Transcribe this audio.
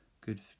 Good